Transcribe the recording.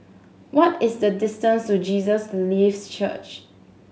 what is the distance to Jesus Lives Church